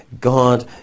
God